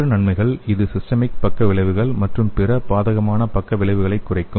மற்ற நன்மைகள் இது சிஸ்டமிக் பக்க விளைவுகள் மற்றும் பிற பாதகமான பக்க விளைவுகளை குறைக்கும்